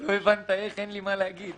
פה הבנת איך אין לי מה להגיד.